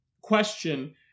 question